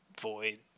void